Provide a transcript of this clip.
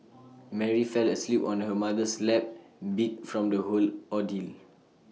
Mary fell asleep on her mother's lap beat from the whole ordeal